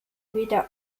weder